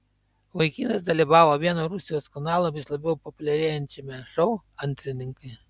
vaikinas dalyvavo vieno rusijos kanalo vis labiau populiarėjančiame šou antrininkai